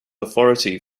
authority